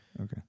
Okay